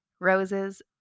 Roses